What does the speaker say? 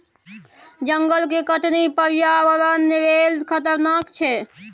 जंगल के कटनी पर्यावरण लेल खतरनाक छै